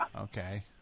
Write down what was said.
Okay